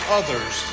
others